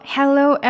Hello